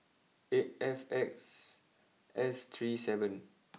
eight F X S three seven